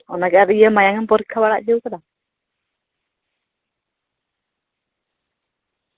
ᱚᱱᱟᱜᱮ ᱟᱨ ᱤᱭᱟᱹ ᱢᱟᱭᱟᱢᱮᱢ ᱯᱚᱨᱤᱠᱠᱷᱟ ᱵᱟᱲᱟ ᱦᱚᱪᱚ ᱟᱠᱟᱫᱟ